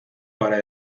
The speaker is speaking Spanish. para